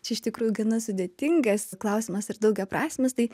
čia iš tikrųjų gana sudėtingas klausimas ir daugiaprasmis tai